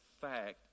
fact